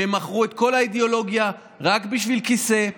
שמכרו את כל האידיאולוגיה רק בשביל כיסא,